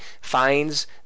finds